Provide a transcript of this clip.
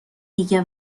دیگه